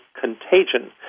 contagion